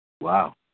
Wow